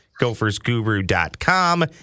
Gophersguru.com